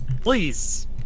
Please